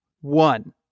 One